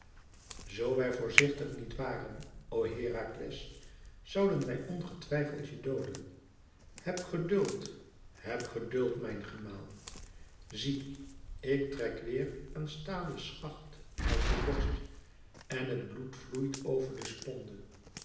zoo wij voorzichtig niet waren o herakles zouden wij ongetwijfeld je dooden heb geduld heb geduld mijn gemaal zie ik trek weêr een stalen schacht uit je borst en het bloed vloeit over de